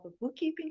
bookkeeping